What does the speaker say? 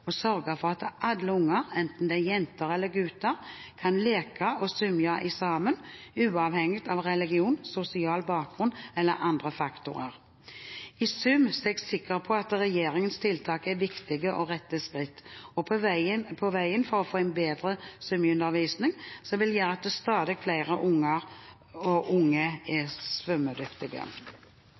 og sørge for at alle unger, enten det er jenter eller gutter, kan leke og svømme sammen, uavhengig av religion, sosial bakgrunn eller andre faktorer. I sum er jeg sikker på at regjeringens tiltak er viktige og rette skritt på veien for å få en bedre svømmeundervisning som vil gjøre at stadig flere barn og unge blir svømmedyktige. Det er